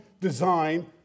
design